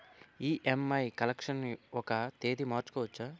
EMI collection ఒక తేదీ మార్చుకోవచ్చా?